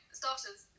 starters